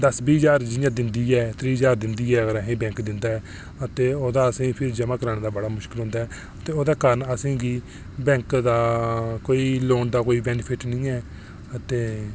दस बीह् ज्हार जि'यां दिंदी ऐ त्रीह् ज्हार दिंदी ऐ अगर असें ई बैंक दिंदा ऐ अते ओह्दा असें ई बड़ा मुश्कल होंदा ऐ ते ओह्दा कारण असेंगी बैंक दा कोई लोन दा कोई बैनिफिट निं ऐ अते